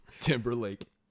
Timberlake